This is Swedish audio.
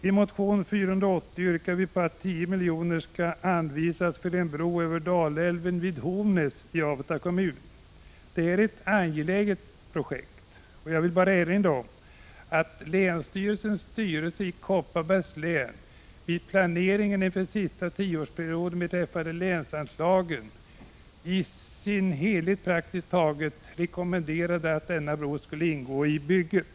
I motion 480 yrkar vi att 10 milj.kr. skall anvisas för en bro över Dalälven vid Hovnäs i Avesta kommun. Detta är ett angeläget projekt. Jag vill erinra om att länsstyrelsens styrelse i Kopparbergs län vid planeringen inför sista tioårsperioden beträffande länsanslagen praktiskt taget i sin helhet rekommenderade att denna bro skulle ingå i bygget.